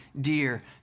dear